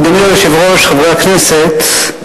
אדוני היושב-ראש, חברי הכנסת,